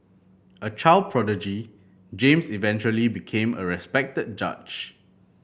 a child prodigy James eventually became a respected judge